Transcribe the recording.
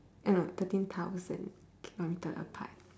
eh no thirteen thousand kilometer apart